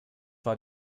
war